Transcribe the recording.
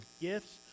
gifts